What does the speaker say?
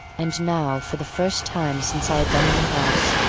and now for the first time since i had been in the house,